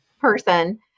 person